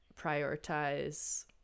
prioritize